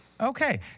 Okay